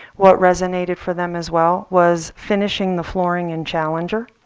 what resonated for them as well was finishing the flooring in challenger.